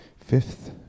fifth